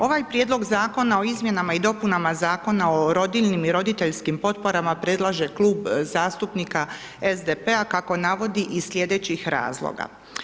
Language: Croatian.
Ovaj Prijedlog zakona o izmjenama i dopunama Zakona o rodiljnim i roditeljskim potporama predlaže Klub zastupnika SDP-a kako navodi iz sljedećih razloga.